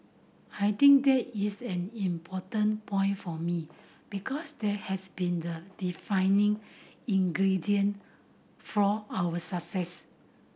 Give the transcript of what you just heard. I think that is an important point for me because that has been the defining ingredient for our success